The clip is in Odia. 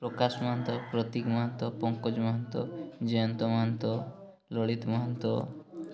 ପ୍ରକାଶ ମହାନ୍ତ ପ୍ରତୀକ ମହାନ୍ତ ପଙ୍କଜ ମହାନ୍ତ ଜୟନ୍ତ ମହାନ୍ତ ଲଳିତ ମହାନ୍ତ